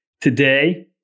today